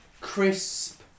crisp